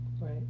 Right